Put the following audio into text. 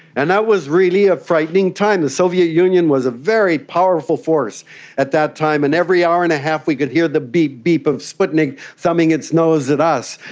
and that was really a frightening time. the soviet union was a very powerful force at that time and every hour and a half we could hear the beep beep of sputnik thumbing its nose at us.